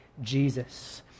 Jesus